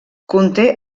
conté